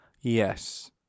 Yes